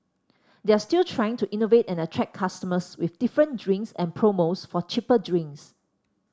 they're still trying to innovate and attract customers with different drinks and promos for cheaper drinks